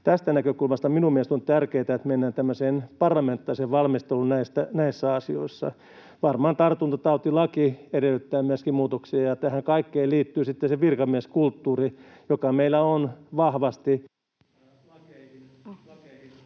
tästä näkökulmasta mielestäni on tärkeätä, että mennään tämmöiseen parlamentaariseen valmisteluun näissä asioissa. Varmaan tartuntatautilaki edellyttää myöskin muutoksia, ja tähän kaikkeen liittyy sitten se virkamieskulttuuri, joka meillä on vahvasti